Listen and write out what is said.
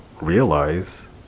realize